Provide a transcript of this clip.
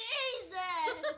Jesus